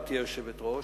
גברתי היושבת-ראש,